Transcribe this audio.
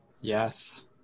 yes